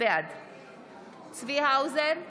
בעד צבי האוזר,